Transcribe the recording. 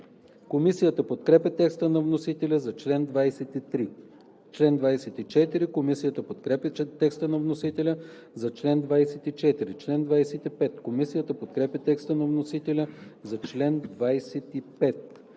Комисията подкрепя текста на вносителя за чл. 15. Комисията подкрепя текста на вносителя за чл. 16. Комисията подкрепя текста на вносителя за чл. 17.